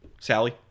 Sally